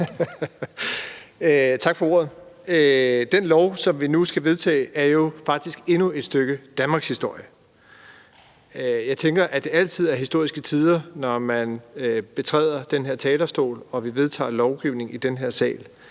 Tak for ordet. Det lovforslag, som vi nu skal vedtage, er faktisk endnu et stykke danmarkshistorie. Jeg tænker, at det altid er historiske tider, når man betræder den her talerstol og lovgivning bliver vedtaget i den her sal,